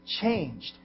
changed